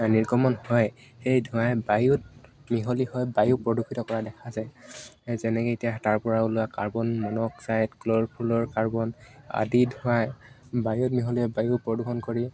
নিৰক্ৰমণ হয় সেই ধোঁৱাই বায়ুত মিহলি হয় বায়ু প্ৰদূষিত কৰা দেখা যায় যেনেকে এতিয়া তাৰ পৰা ওলোৱা কাৰ্বন মন'ক্সাইড ক্ল'ৰফুলৰ কাৰ্বন আদি ধোঁৱাই বায়ুত মিহলিয়ে বায়ু প্ৰদূষণ কৰি